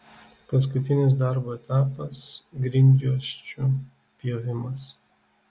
paskutinis darbo etapas grindjuosčių pjovimas